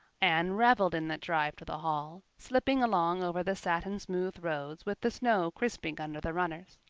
anne reveled in the drive to the hall, slipping along over the satin-smooth roads with the snow crisping under the runners.